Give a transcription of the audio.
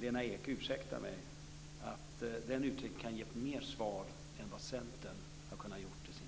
Lena Ek må ursäkta mig, att den kan ge mer svar än vad Centern kunnat göra i sin rapport.